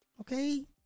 Okay